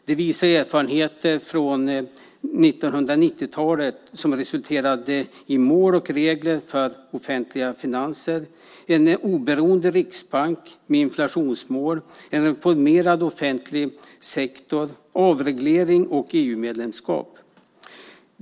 Det visar erfarenheter från 1990-talet som resulterade i mål och regler för offentliga finanser, en oberoende riksbank med inflationsmål, en reformerad offentlig sektor, avreglering och EU-medlemskap.